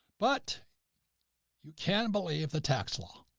but you can believe the tax law.